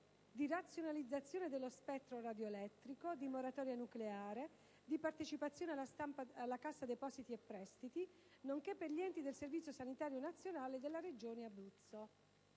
di razionalizzazione dello spettro radioelettrico, di moratoria nucleare, di partecipazioni della Cassa depositi e prestiti, nonché per gli enti del Servizio sanitario nazionale della regione Abruzzo